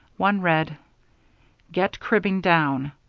one read get cribbing down.